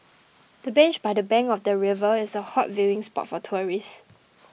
the bench by the bank of the river is a hot viewing spot for tourists